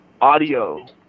audio